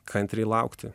kantriai laukti